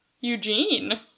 Eugene